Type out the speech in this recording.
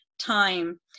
time